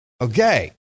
Okay